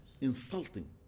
insulting